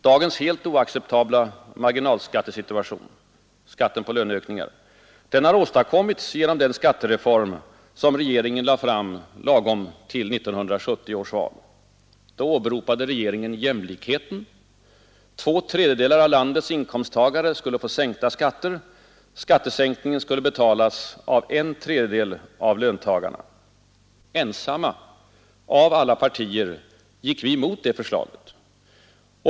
Dagens helt oacceptabla marginalskattesituation — skatten på lönökningar har åstadkommits genom den ”skattereform” som regeringen lade fram lagom till 1970 års val. Då åberopade regeringen jämlikheten. Två tredjedelar av landets inkomsttagare skulle få sänkta skatter. Skattesänkningen skulle betalas av en tredjedel av löntagarna. Ensamma av alla partier gick vi emot det förslaget.